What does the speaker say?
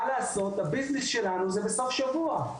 שהביזנס שלנו הוא בסופי שבוע.